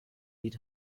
lied